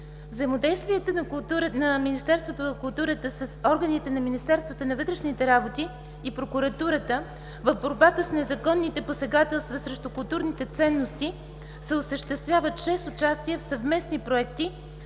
Взаимодействието на Министерството на културата с органите на Министерството на вътрешните работи и прокуратурата в борбата с незаконните посегателства срещу културни ценности се осъществява чрез участие в съвместни проекти